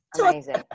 Amazing